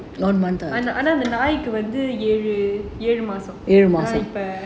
ஆனா அந்த நாய்க்கு வந்து ஏழு மாசம்:aanaa antha naiku vanthu elu maasam